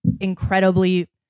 incredibly